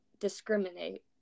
discriminate